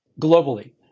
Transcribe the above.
globally